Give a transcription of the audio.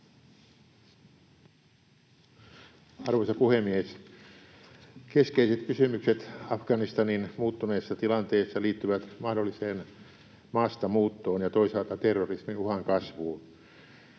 Arvoisa puhemies! Keskeiset kysymykset Afganistanin muuttuneessa tilanteessa liittyvät mahdolliseen maastamuuttoon ja toisaalta terrorismin uhan kasvuun.